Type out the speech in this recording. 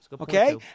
Okay